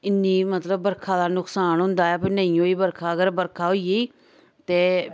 इन्नी मतलब बर्खा दा नुक्सान हुंदा पाई नेई होई बर्खा अगर बर्खा होई गेई ते